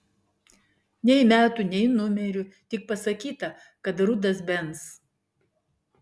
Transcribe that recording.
nei metų nei numerių tik pasakyta kad rudas benz